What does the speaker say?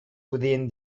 within